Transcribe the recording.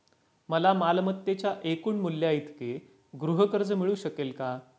मला मालमत्तेच्या एकूण मूल्याइतके गृहकर्ज मिळू शकेल का?